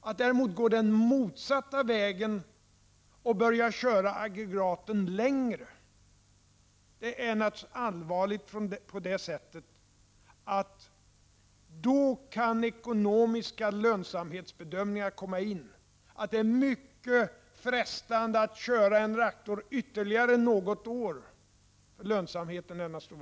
Att däremot gå den motsatta vägen och börja köra aggregaten längre är allvarligt, så till vida att ekonomiska lönsamhetsbedömningar kan komma in i bilden. Det är mycket frestande att köra en reaktor ytterligare något år om lönsamheten är stor.